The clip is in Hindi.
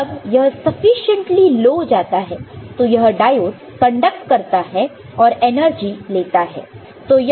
तो जब यह सफिशिएंटली लो जाता है तो यह डायोडस कंडक्ट करता है और एनर्जी लेता है